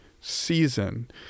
season